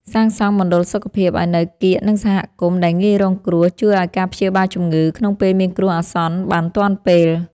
សាងសង់មណ្ឌលសុខភាពឱ្យនៅកៀកនឹងសហគមន៍ដែលងាយរងគ្រោះជួយឱ្យការព្យាបាលជំងឺក្នុងពេលមានគ្រោះអាសន្នបានទាន់ពេល។